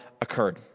occurred